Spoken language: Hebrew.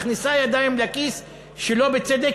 מכניסה ידיים לכיס שלא בצדק,